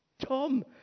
Tom